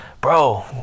bro